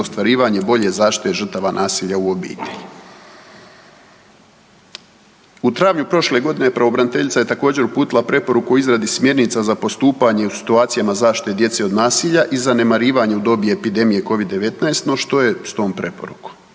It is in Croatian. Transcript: ostvarivanje bolje zaštite žrtava nasilja u obitelji. U travnju prošle godine pravobraniteljica je također uputila preporuku o izradi smjernica za postupanje u situacijama zaštite djece od nasilja i zanemarivanje u doba epidemije Covid-19, no što s tom preporukom,